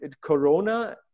corona